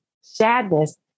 sadness